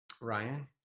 Ryan